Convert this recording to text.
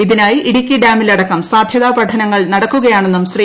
ഇതിനായി ഇടുക്കി ഡാമിലടക്കം സാധൃതാ പഠനങ്ങൾ നടക്കുകയാണെന്നും ശ്രീ